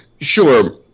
Sure